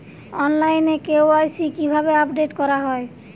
অনলাইনে কে.ওয়াই.সি কিভাবে আপডেট করা হয়?